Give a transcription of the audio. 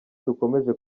dukomeje